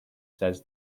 says